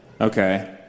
Okay